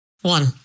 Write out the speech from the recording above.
One